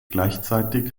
gleichzeitig